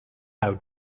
how